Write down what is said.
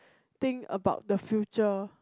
think about the future